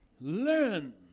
learn